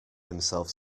himself